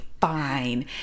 fine